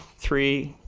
three,